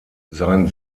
sein